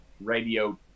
radio